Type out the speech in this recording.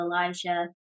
Elijah